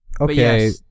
Okay